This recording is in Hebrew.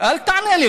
אל תענה לי.